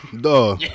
Duh